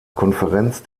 konferenz